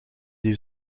die